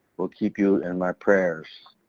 will keep you in my prayers.